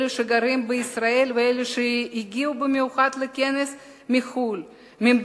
אלו שגרים בישראל ואלו שהגיעו במיוחד לכנס מחוץ-לארץ,